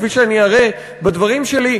כפי שאני אראה בדברים שלי,